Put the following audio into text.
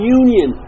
union